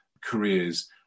careers –